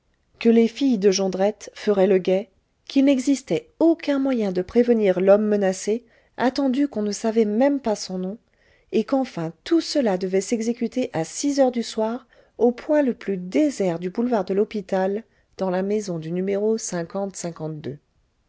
que les filles de jondrette feraient le guet qu'il n'existait aucun moyen de prévenir l'homme menacé attendu qu'on ne savait même pas son nom et qu'enfin tout cela devait s'exécuter à six heures du soir au point le plus désert du boulevard de l'hôpital dans la maison du numéro